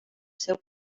seu